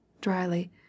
dryly